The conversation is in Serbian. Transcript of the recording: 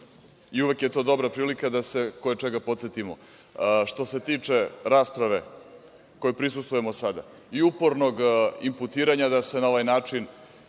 i uvek je dobra prilika da se koje čega podsetimo. Što se tiče rasprave kojoj prisustvujemo sada i upornog imputiranja da se na ovaj način